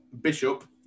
Bishop